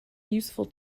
useful